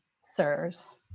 sirs